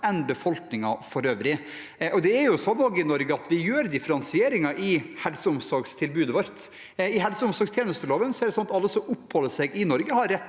enn befolkningen for øvrig. Det er også slik i Norge at vi gjør differensieringer i helse- og omsorgstilbudet vårt. I helse- og omsorgstjenesteloven er det slik at alle som oppholder seg i Norge, har rett